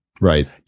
Right